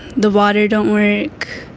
the water don't work,